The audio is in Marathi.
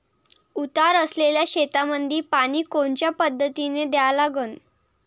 उतार असलेल्या शेतामंदी पानी कोनच्या पद्धतीने द्या लागन?